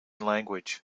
language